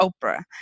Oprah